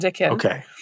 Okay